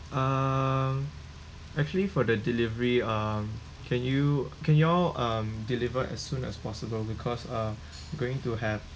uh actually for the delivery um can you can you all um deliver as soon as possible because uh going to have